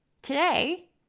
Today